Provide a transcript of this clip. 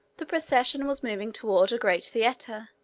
the procession was moving toward a great theater,